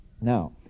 now